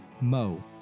Mo